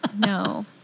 No